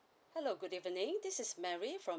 hello good evening this is mary from